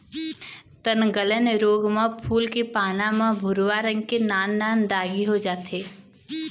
तनगलन रोग म फूल के पाना म भूरवा रंग के नान नान दागी हो जाथे